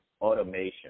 automation